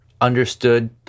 understood